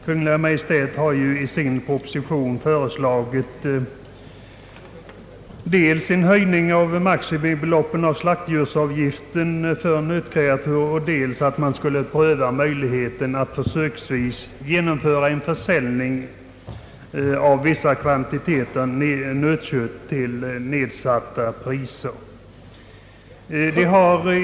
Kungl. Maj:t har i proposition föreslagit dels en höjning av maximibeloppet i fråga om slaktdjursavgiften för nötkreatur, dels att man skulle pröva möjligheten att försöksvis försälja vissa kvantiteter nötkött till nedsatta priser.